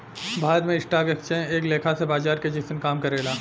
भारत में stock exchange एक लेखा से बाजार के जइसन काम करेला